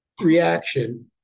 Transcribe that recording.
reaction